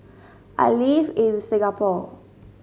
I live in Singapore